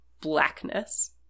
Blackness